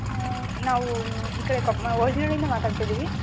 ಹಾಂ ನಾವೂ ಈ ಕಡೆ ಕೊಪ್ಪ ವರ್ಜ್ನಳ್ಳಿ ಇಂದ ಮಾತಾಡ್ತಿದ್ದೀವಿ